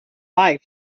life